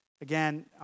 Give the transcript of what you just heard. Again